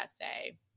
essay